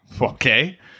okay